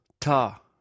Ta